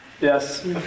Yes